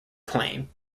claimed